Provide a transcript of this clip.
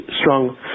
strong